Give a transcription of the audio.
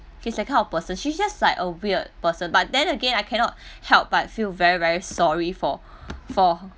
she's that kind of person she's just like a weird person but then again I cannot help but feel very very sorry for for